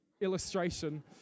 illustration